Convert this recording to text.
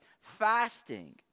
fasting